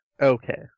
Okay